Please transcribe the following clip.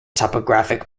topographic